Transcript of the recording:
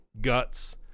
guts